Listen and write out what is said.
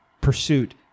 pursuit